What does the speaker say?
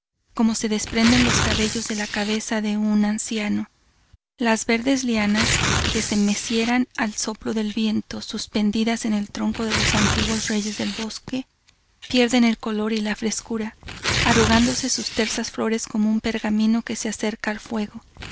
como se desprenden los cabellos de la cabeza de un anciano las verdes lianas que se mecieran al soplo del viento suspendidas en el tronco de los antiguos reyes del bosque pierden el color y la frescura arrugándose sus tersas flores como un pergamino que se acerca al fuego